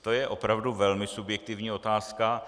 To je opravdu velmi subjektivní otázka.